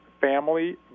family